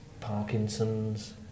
Parkinson's